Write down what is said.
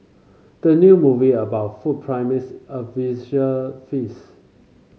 the new movie about food promise a visual feast